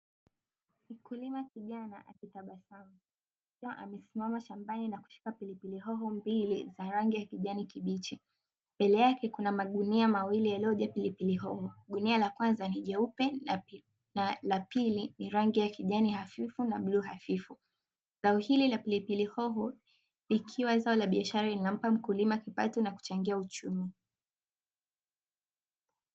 Mkulima kijana akitabasamu ,akisimama shambani na kushika pilipili hoho mbili za rangi ya kijani kibichi, mbele yake kuna magunia mawili yaliyo jaa pilipili hoho, gunia la kwanza ni jeupe na la pili ni rangi ya kijani hafifu na bluu hafifu. Zao hili la pilipili hoho likiwa zao la biashara linampa mkulima kipato na kuchangia uchumi.